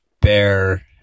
bear